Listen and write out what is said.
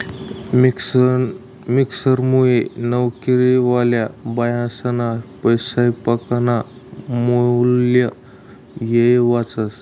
मिक्सरमुये नवकरीवाल्या बायास्ना सैपाकना मुक्ला येय वाचस